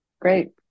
great